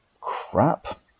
crap